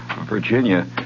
Virginia